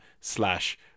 slash